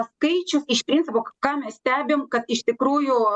skaičius iš principo ką mes stebim kad iš tikrųjų